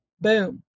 boom